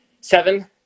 seven